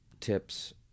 tips